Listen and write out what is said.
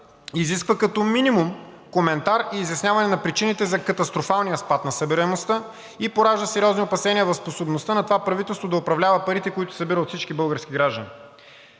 изисква като минимум коментар и изясняване на причините за катастрофалния спад на събираемостта и поражда сериозни опасения в способността на това правителство да управлява парите, които събира от всички български граждани.